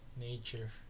Nature